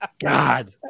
God